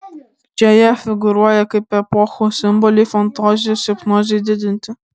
čia jie figūruoja kaip epochos simboliai fantazijos hipnozei didinti